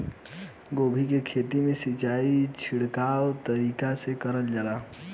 गोभी के खेती में सिचाई छिड़काव तरीका से क़रल जा सकेला?